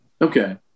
Okay